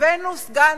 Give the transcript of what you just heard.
הבאנו סגן